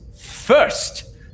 first